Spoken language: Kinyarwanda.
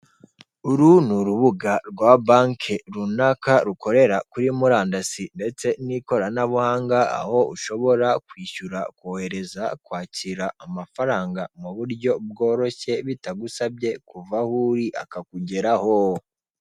Uru ni urubuga rwa banki runaka rukorera kuri murandasi ndetse n'ikoranabuhanga, aho ushobora kwishyura, kohereza, kwakira amafaranga mu buryo bworoshye bitagusabye kuva aho uri akakugeraho.